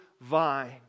vine